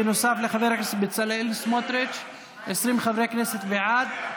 נוסף חבר הכנסת בצלאל סמוטריץ' 20 חברי כנסת בעד,